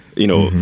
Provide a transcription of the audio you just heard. you know,